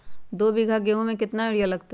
दो बीघा गेंहू में केतना यूरिया लगतै?